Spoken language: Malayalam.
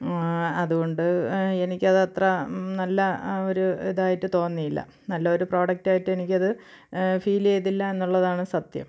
അതുകൊണ്ട് എനിക്കതത്ര നല്ല ഒരു ഇതായിട്ട് തോന്നിയില്ല നല്ലൊരു പ്രോഡക്റ്റ് ആയിട്ടെനിക്കത് ഫീൽ ചെയ്തില്ല എന്നുള്ളതാണ് സത്യം